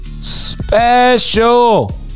special